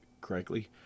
correctly